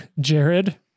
jared